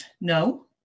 no